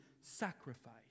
sacrifice